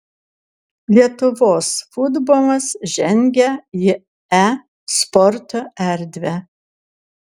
lietuvos futbolas žengia į e sporto erdvę